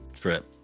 trip